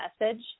message